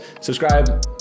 subscribe